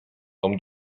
tom